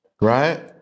right